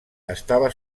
estava